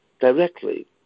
directly